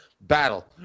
battle